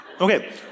Okay